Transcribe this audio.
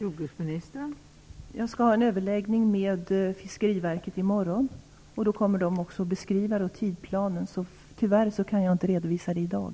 Fru talman! Jag skall ha en överläggning med Fiskeriverket i morgon. Då kommer de att beskriva tidsplanen. Därför kan jag tyvärr inte redovisa den i dag.